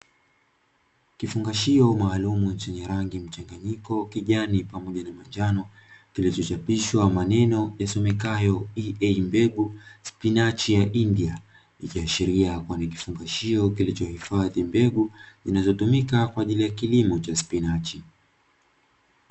Kifungashio maalumu chenye rangi mchanganyiko kijani pamoja na manjano, kilichochapishwa maneno yasomekayo "EA Mbegu Spinachi ya India", ikiashiria kuwa ni kufangishio kilichohifadhi mbegu zinazotumika kwa ajili ya kilimo cha spinachi.